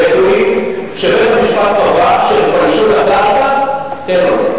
בבקשה, אדוני.